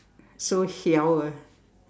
so hiao ah